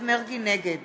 נגד